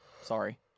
sorry